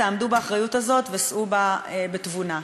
תעמדו באחריות הזאת ושאו בה בתבונה.